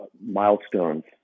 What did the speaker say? milestones